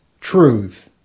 truth